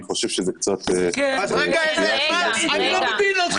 אני חושב שזה ציפייה לא נכונה.